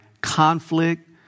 conflict